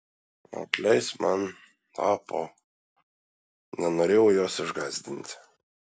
atleisk man ahpo nenorėjau jos išgąsdinti